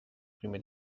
prima